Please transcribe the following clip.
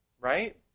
right